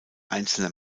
einzelner